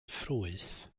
ffrwyth